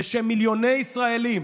בשם מיליוני ישראלים: